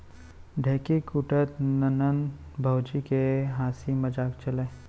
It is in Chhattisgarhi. ढेंकी कूटत ननंद भउजी के हांसी मजाक चलय